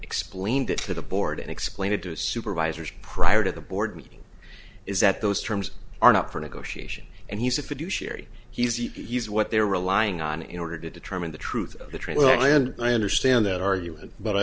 explained it to the board and explain it to supervisors prior to the board meeting is that those terms are not for negotiation and he's a fiduciary he's he's what they're relying on in order to determine the truth of the trial and i understand that argument but i